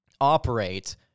operate